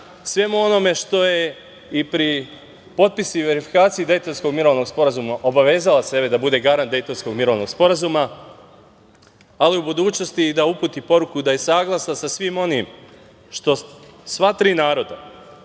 svemu onome što je i pri potpisu, verifikaciji Dejtonskog sporazuma obavezala sebe da bude garant Dejtonskog mirovnog sporazuma, ali u budućnosti da uputi poruku da je saglasna sa svim onim što sva tri naroda,